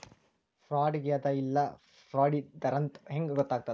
ಫ್ರಾಡಾಗೆದ ಇಲ್ಲ ಫ್ರಾಡಿದ್ದಾರಂತ್ ಹೆಂಗ್ ಗೊತ್ತಗ್ತದ?